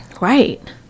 Right